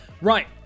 Right